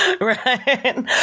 Right